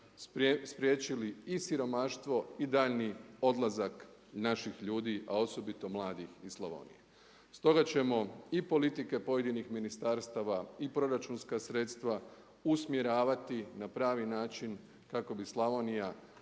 spriječili i siromaštvo i daljnji odlazak naših ljudi a osobito mladih iz Slavonije. Stoga ćemo i politike pojedinih ministarstava i proračunska sredstva usmjeravati na pravi način kako bi Slavonija